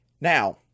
Now